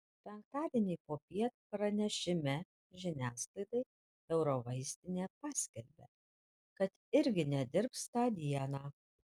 penktadienį popiet pranešime žiniasklaidai eurovaistinė paskelbė kad irgi nedirbs tą dieną